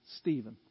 Stephen